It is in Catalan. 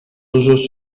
usos